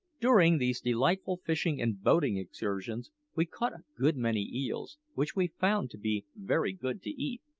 during these delightful fishing and boating excursions we caught a good many eels, which we found to be very good to eat.